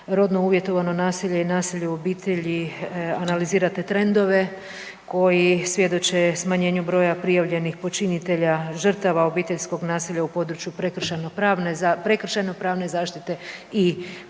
rodno uvjetovano nasilje i nasilje u obitelji analizirate trendove koji svjedoče smanjenju broja prijavljenih počinitelja žrtava obiteljskog nasilja u području prekršajno-pravne zaštite i porast